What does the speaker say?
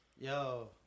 Yo